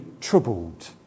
troubled